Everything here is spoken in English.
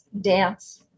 dance